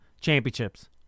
championships